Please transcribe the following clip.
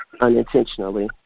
unintentionally